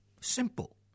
Simple